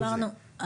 דיברנו.